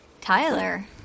Tyler